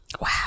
Wow